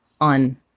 on